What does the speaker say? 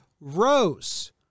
ROSE